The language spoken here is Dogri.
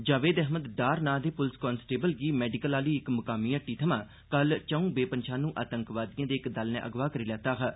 जावेद अहमद डार नांऽ दे पुलस कांस्टेबल गी मैडिकल आह्ली इक मुकामी हट्टी थमां कल चौं बेपन्छानू आतंकवादिएं दे इक दल नै अगवाह् करी लैता हा